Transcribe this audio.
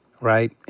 Right